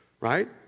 right